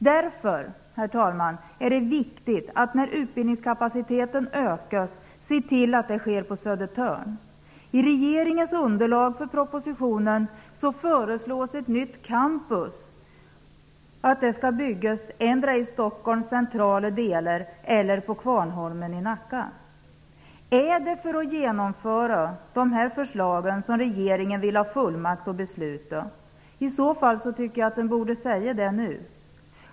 Därför är det viktigt, när utbildningskapaciteten ökas, att se till att det sker på Södertörn. I regeringens underlag för propositionen föreslås att ett nytt campus skall byggas antingen i Stockholms centrala delar eller på Kvarnholmen i Nacka. Är det för att genomföra dessa förslag som regeringen vill ha fullmakt att besluta? I så fall borde det sägas nu.